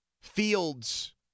Fields